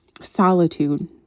solitude